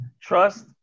trust